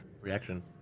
Reaction